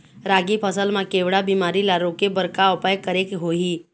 रागी फसल मा केवड़ा बीमारी ला रोके बर का उपाय करेक होही?